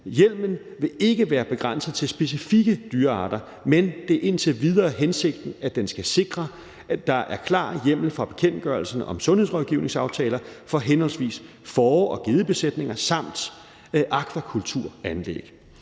Hjemmelen vil ikke være begrænset til specifikke dyrearter, men det er indtil videre hensigten, at den skal sikre, at der er en klar hjemmel fra bekendtgørelsen om sundhedsrådgivningsaftaler for henholdsvis fåre- og gedebesætninger samt akvakulturanlæg.